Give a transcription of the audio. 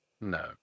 No